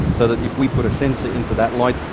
so that if we put a sensor into that light,